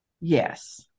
Yes